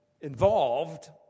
involved